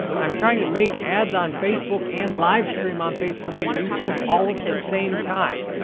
i'm trying to make ads on facebook and live stream on facebook and youtube all at the same time,